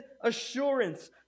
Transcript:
assurance